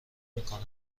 میکنم